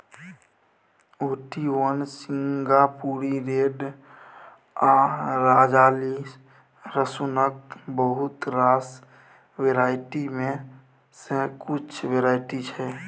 Ooty one, सिंगापुरी red आ राजाली रसुनक बहुत रास वेराइटी मे सँ किछ वेराइटी छै